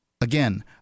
Again